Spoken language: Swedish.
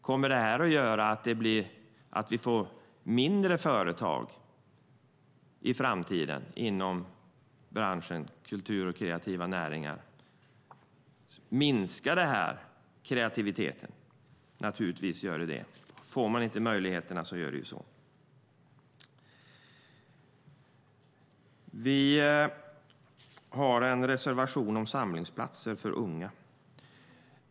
Kommer det att innebära att vi får färre företag inom branschen kultur och kreativa näringar? Minskar detta kreativiteten? Givetvis. Får man inte möjligheterna blir det så. Vi har en reservation om samlingsplatser för unga.